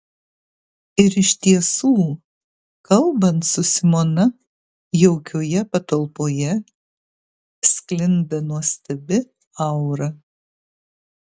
ir iš tiesų kalbant su simona jaukioje patalpoje sklinda nuostabi aura